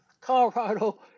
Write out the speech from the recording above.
Colorado